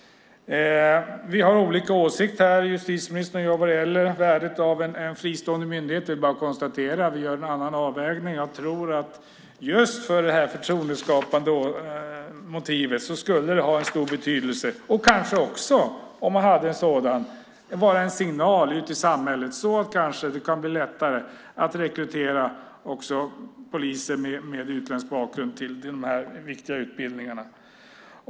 Justitieministern och jag har olika åsikt vad gäller värdet av en fristående myndighet. Det är bara att konstatera att vi gör en annan avvägning. Jag tror att just för det här förtroendeskapande motivet skulle det ha en stor betydelse, och kanske också, om man hade en sådan myndighet, vara en signal ut i samhället så att det kanske kan bli lättare att rekrytera också poliser med utländsk bakgrund till de här viktiga utbildningarna.